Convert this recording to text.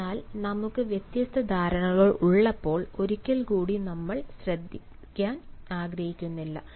അതിനാൽ നമുക്ക് വ്യത്യസ്ത ധാരണകൾ ഉള്ളപ്പോൾ ഒരിക്കൽ കൂടി നമ്മൾ ശ്രദ്ധിക്കാൻ ആഗ്രഹിക്കുന്നില്ല